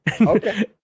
Okay